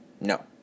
no